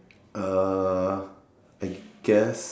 uh I guess